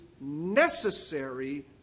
necessary